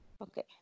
Okay